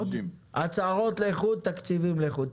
של 50-30. הצהרות לחוד תקציבים לחוד.